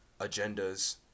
agendas